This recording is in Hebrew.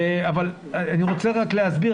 אבל אני רוצה רק להסביר,